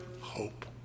hope